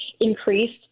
increased